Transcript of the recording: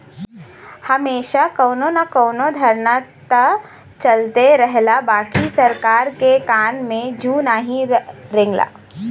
हमेशा कउनो न कउनो धरना त चलते रहला बाकि सरकार के कान में जू नाही रेंगला